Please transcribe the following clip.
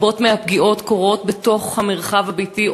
רבות מהפגיעות קורות בתוך המרחב הביתי,